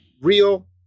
real